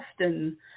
often